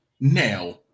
now